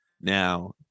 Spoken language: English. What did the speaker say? now